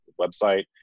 website